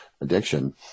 addiction